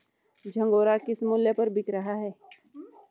झंगोरा किस मूल्य पर बिक रहा है?